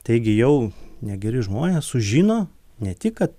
taigi jau negeri žmonės sužino ne tik kad